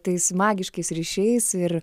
tais magiškais ryšiais ir